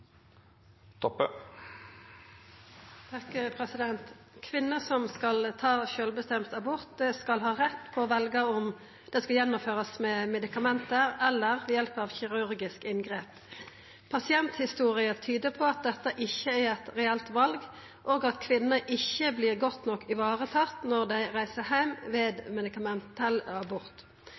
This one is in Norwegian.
som skal ta selvbestemt abort, skal ha rett på å velge om det skal gjennomføres med medikamenter eller ved hjelp av kirurgisk inngrep. Pasienthistorier tyder på at dette ikke er et reelt valg, og at kvinner ikke blir godt nok ivaretatt når de reiser hjem ved medikamentell abort. Hva vil statsråden gjøre for å bedre tilbudet til